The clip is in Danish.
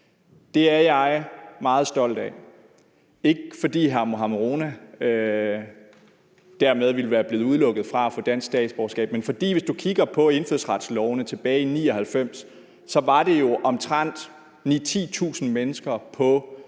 Det er jeg meget stolt af, ikke fordi hr. Mohammad Rona dermed ville være blevet udelukket fra at få dansk statsborgerskab, men fordi det, hvis du kigger på indfødsretslovforslagene tilbage i 1999, jo var omtrent 9.000-10.000 mennesker, der